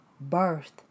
birth